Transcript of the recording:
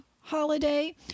holiday